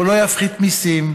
הוא לא יפחית מיסים,